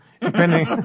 depending